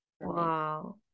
Wow